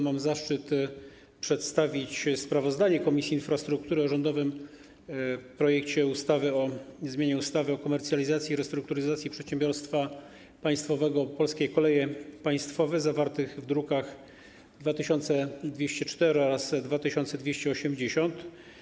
Mam zaszczyt przedstawić sprawozdanie Komisji Infrastruktury o rządowym projekcie ustawy o zmianie ustawy o komercjalizacji i restrukturyzacji przedsiębiorstwa państwowego ˝Polskie Koleje Państwowe˝, druki nr 2204 i 2280.